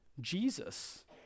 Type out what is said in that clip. Jesus